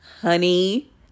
Honey